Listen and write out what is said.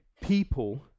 people